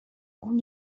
اون